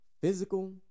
Physical